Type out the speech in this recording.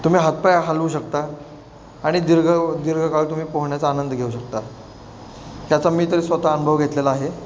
तुम्ही हातपाय हालवू शकता आणि दीर्घ दीर्घकाळ तुम्ही पोहण्याचा आनंद घेऊ शकता त्याचा मी तरी स्वतः अनुभव घेतलेला आहे